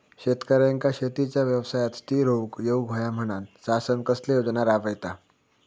शेतकऱ्यांका शेतीच्या व्यवसायात स्थिर होवुक येऊक होया म्हणान शासन कसले योजना राबयता?